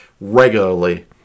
regularly